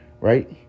right